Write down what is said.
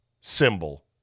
symbol